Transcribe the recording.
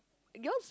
yours